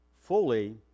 fully